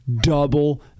double